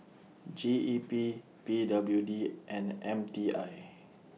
G E P P W D and M T I